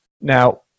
Now